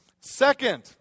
Second